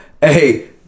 hey